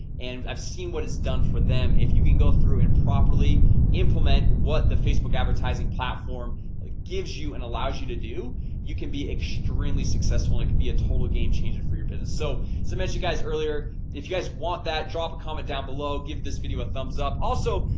and i've seen what it's done for them if you can go through and properly implement what the facebook advertising platform like gives you and allows you to do you can be extremely successful it can be a total game changer for your business so so i met you guys earlier if you guys want that drop a comment down below give this video a thumbs up also,